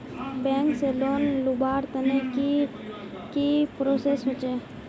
Bank से loan लुबार तने की की प्रोसेस होचे?